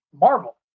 Marvel